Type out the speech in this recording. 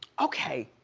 okay,